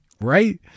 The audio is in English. Right